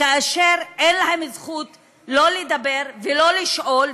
כאשר אין להם זכות לא לדבר ולא לשאול,